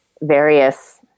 various